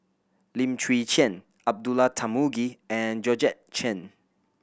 Lim Chwee Chian Abdullah Tarmugi and Georgette Chen